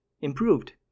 improved